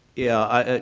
yeah.